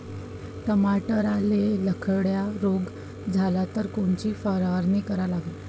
टमाट्याले लखड्या रोग झाला तर कोनची फवारणी करा लागीन?